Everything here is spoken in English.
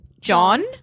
John